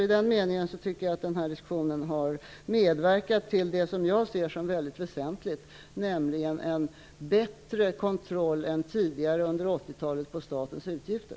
I den meningen tycker jag att den här diskussionen har medverkat till det som jag ser som mycket väsentligt, nämligen en bättre kontroll än tidigare, under 80-talet, på statens utgifter.